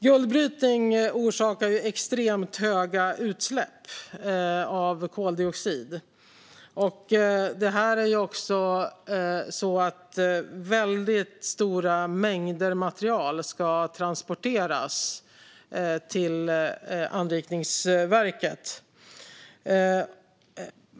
Guldbrytning orsakar extremt höga utsläpp av koldioxid, och väldigt stora mängder av material ska transporteras till anrikningsverket.